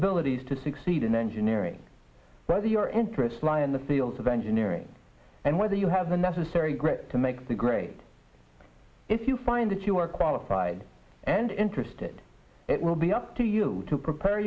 abilities to succeed in engineering whether your interests lie in the fields of engineering and whether you have the necessary grip to make the grade if you find that you are qualified and interested it will be up to you to prepare